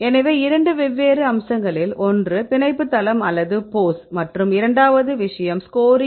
எனவே இரண்டு வெவ்வேறு அம்சங்களில் ஒன்று பிணைப்பு தளம் அல்லது போஸ் மற்றும் இரண்டாவது விஷயம் ஸ்கோரிங்